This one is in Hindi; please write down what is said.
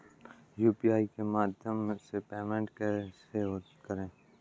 यू.पी.आई के माध्यम से पेमेंट को कैसे करें?